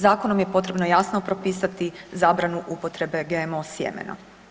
Zakonom je potrebno jasno propisati zabranu upotrebe GMO sjemena.